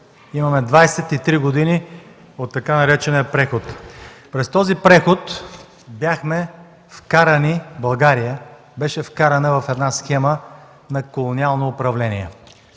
Имаме 23 години от така наречения „преход”. През този преход България беше вкарана в една схема на колониално управление.